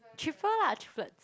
triple lah triplet